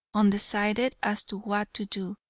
undecided as to what to do,